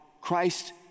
Christ